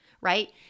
right